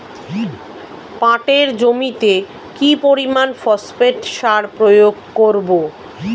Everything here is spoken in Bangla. পাটের জমিতে কি পরিমান ফসফেট সার প্রয়োগ করব?